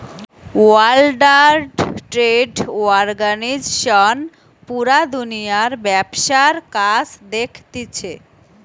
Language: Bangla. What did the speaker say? ওয়ার্ল্ড ট্রেড অর্গানিজশন পুরা দুনিয়ার ব্যবসার কাজ দেখতিছে